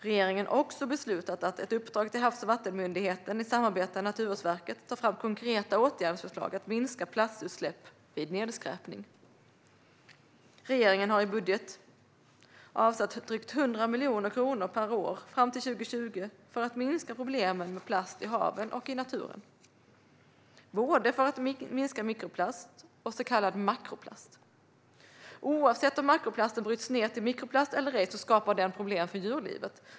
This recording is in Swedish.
Regeringen har också beslutat om ett uppdrag till Havs och vattenmyndigheten i samarbete med Naturvårdsverket att ta fram konkreta åtgärdsförslag för att minska plastutsläpp vid nedskräpning. Regeringen har i budgeten avsatt drygt 100 miljoner kronor per år fram till 2020 för att minska problemen med plast i haven och naturen, för att minska både mikroplast och så kallad makroplast. Oavsett om makroplasten bryts ned till mikroplast eller ej skapar den problem för djurlivet.